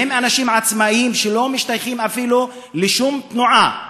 שהם אנשים עצמאים שלא משתייכים אפילו לשום תנועה.